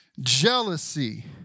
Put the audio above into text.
Jealousy